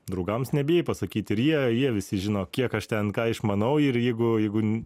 draugams nebijai pasakyti ir jie jie visi žino kiek aš ten ką išmanau ir jeigu jeigu